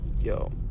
yo